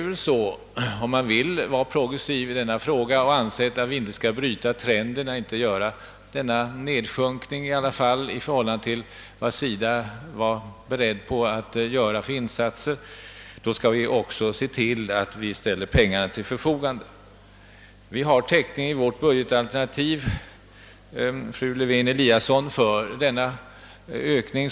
Vill vi vara progressiva i denna fråga och anse att vi inte skall bryta trenden genom en sänkning i förhållande till de insatser SIDA är beredd att göra, då skall vi också se till att pengarna ställs till förfogande. Vi har — fru Lewén-Eliasson — täckning i vårt budgetalternativ för denna ökning.